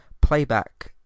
playback